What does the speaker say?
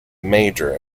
major